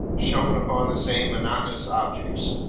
shone upon the same monotonous objects.